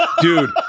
Dude